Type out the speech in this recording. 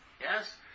Yes